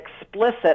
explicit